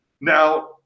Now